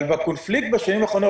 אבל בקונפליקט בשנים האחרונות,